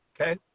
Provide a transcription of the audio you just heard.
Okay